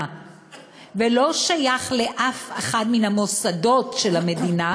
ולא שייך לאף אחד מן המוסדות של המדינה,